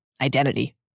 identity